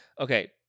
okay